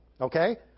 Okay